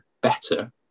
better